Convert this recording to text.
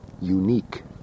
unique